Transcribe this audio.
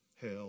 hell